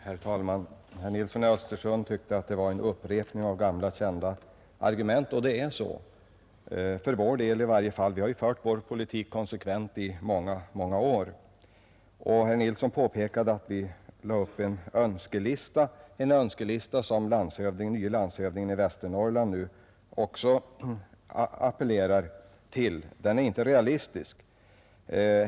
Herr talman! Herr Nilsson i Östersund tyckte att jag upprepat gamla kända argument. Det är det också — för vår del i varje fall; vi har ju fört vår politik konsekvent i många, många år. Herr Nilsson påpekade vidare att vi gjorde upp en önskelista, som den nye landshövdingen i Västernorrland nu också appellerar till. Den skulle emellertid inte vara realistisk.